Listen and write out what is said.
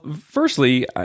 firstly